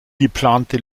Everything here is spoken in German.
geplante